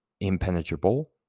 impenetrable